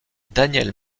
daniel